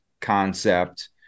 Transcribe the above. concept